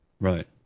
Right